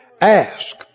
Ask